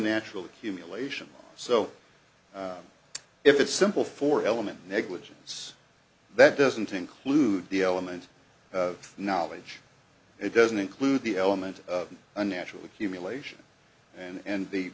natural accumulation so if it's simple for element negligence that doesn't include the element of knowledge it doesn't include the element of a natural accumulation and